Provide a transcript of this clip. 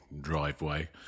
driveway